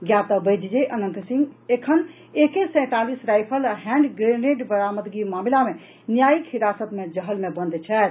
ज्ञातव्य अछि जे अनंत सिंह एखन एके सैंतालीस राईफल आ हैंड ग्रेनेड बरामदगी मामिला मे न्यायिक हिरासत मे जहल में बंद छथि